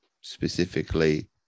specifically